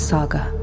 Saga